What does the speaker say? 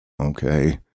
Okay